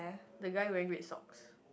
the guy wearing red socks